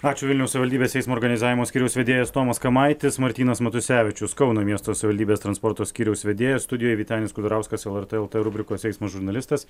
ačiū vilniaus savivaldybės eismo organizavimo skyriaus vedėjas tomas kamaitis martynas matusevičius kauno miesto savivaldybės transporto skyriaus vedėjas studijoj vytenis kudarauskas lrt lt rubrikos eismo žurnalistas